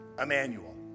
Emmanuel